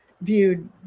viewed